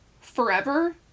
forever